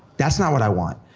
that's not what i want.